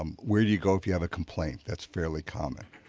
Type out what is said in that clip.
where do you go if you have a complaint that's fairly common?